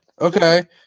Okay